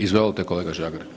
Izvolite kolega Žagar.